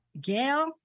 Gail